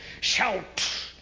shout